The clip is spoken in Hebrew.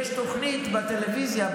יש תוכנית בטלוויזיה,